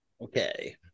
okay